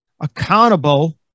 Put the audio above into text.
accountable